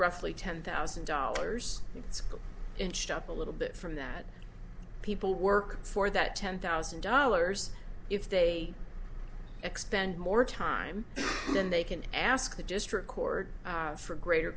roughly ten thousand dollars it's got inched up a little bit from that people work for that ten thousand dollars if they expend more time then they can ask the just record for greater